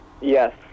yes